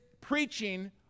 preaching